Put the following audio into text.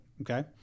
Okay